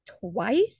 twice